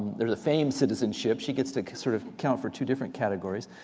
there's a famous citizenship. she gets to sort of count for two different categories.